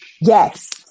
yes